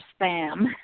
spam